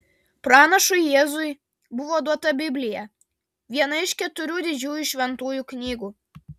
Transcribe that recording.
pranašui jėzui buvo duota biblija viena iš keturių didžiųjų šventųjų knygų